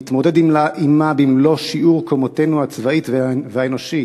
נתמודד עמה במלוא שיעור קומתנו הצבאית והאנושית.